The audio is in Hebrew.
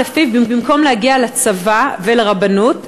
נוהל שלפיו במקום להגיע לצבא ולרבנות,